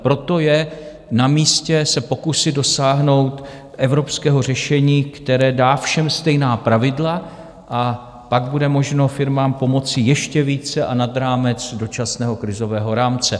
Proto je namístě se pokusit dosáhnout evropského řešení, které dá všem stejná pravidla, a pak bude možno firmám pomoci ještě více a nad rámec dočasného krizového rámce.